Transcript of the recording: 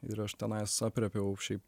ir aš tenais aprėpiau šiaip